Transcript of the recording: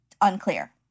Unclear